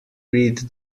read